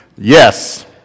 Yes